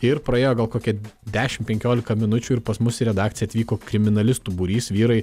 ir praėjo gal kokia dešim penkiolika minučių ir pas mus į redakciją atvyko kriminalistų būrys vyrai